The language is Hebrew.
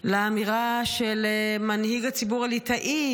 לאמירה של מנהיג הציבור הליטאי,